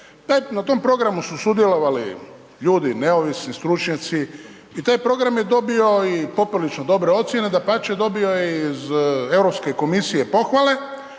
Na tom programu su sudjelovali ljudi, neovisni, stručnjaci i taj program je dobio i poprilično dobre ocjene, dapače, dobio je iz Europske komisije pohvale